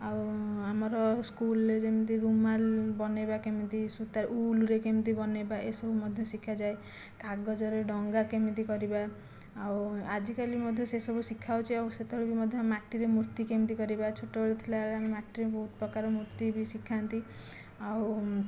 ଆଉ ଆମର ସ୍କୁଲ୍ରେ ଯେମିତି ରୁମାଲ୍ ବନାଇବା କେମିତି ସୂତା ଊଲ୍ରେ କେମିତି ବନାଇବା ଏସବୁ ମଧ୍ୟ ଶିଖାଯାଏ କାଗଜରେ ଡଙ୍ଗା କେମିତି କରିବା ଆଉ ଆଜିକାଲି ମଧ୍ୟ ସେସବୁ ଶିଖାହେଉଛି ଆଉ ସେତେବେଳେ ବି ମଧ୍ୟ ମାଟିରେ ମୂର୍ତ୍ତି କେମିତି କରିବା ଛୋଟବେଳୁ ଥିଲାବେଳେ ଆମେ ମାଟିରେ ବହୁତ ପ୍ରକାରର ମୂର୍ତ୍ତି ବି ଶିଖାନ୍ତି ଆଉ